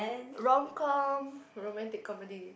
romcom romantic comedy